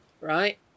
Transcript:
Right